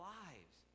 lives